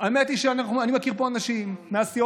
האמת היא שאני מכיר כאן אנשים מהסיעות